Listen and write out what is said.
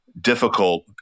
difficult